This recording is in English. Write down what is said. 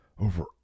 over